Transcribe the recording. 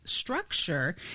structure